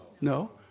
No